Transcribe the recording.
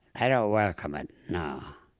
i don't welcome it, no.